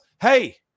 hey